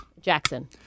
Jackson